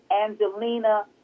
Angelina